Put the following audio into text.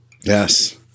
Yes